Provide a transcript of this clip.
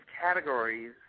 categories